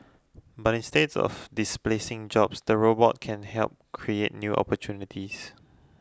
but instead of displacing jobs the robots can help create new opportunities